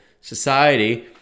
society